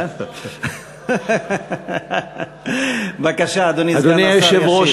איש משטרה לשעבר, בבקשה, אדוני סגן השר ישיב.